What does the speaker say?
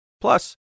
Plus